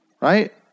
right